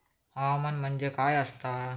हवामान म्हणजे काय असता?